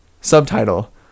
subtitle